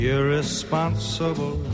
Irresponsible